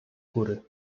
góry